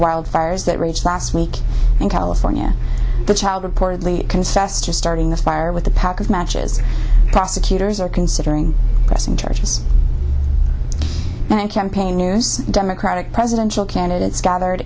wildfires that raged last week in california the child reportedly confessed to starting the fire with a pack of matches prosecutors are considering pressing charges and campaign news democratic presidential candidates gathered